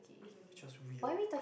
which was weird